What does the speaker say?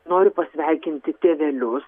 noriu pasveikinti tėvelius